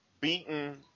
beaten